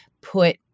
put